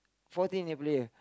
fourteen player